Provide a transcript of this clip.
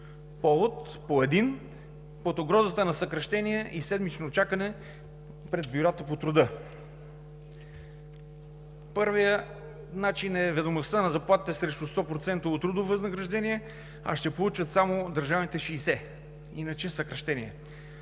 друг повод под угрозата от съкращения и седмично чакане пред бюрата по труда. Първият начин е: ведомостта на заплатите срещу стопроцентово трудово възнаграждение, а ще получат само държавните 60, иначе – съкращения.